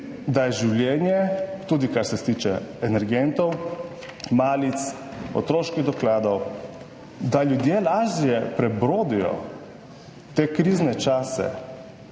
da je življenje tudi kar se tiče energentov, malic, otroških dokladov, da ljudje lažje prebrodijo te krizne čase.